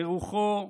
לרוחו,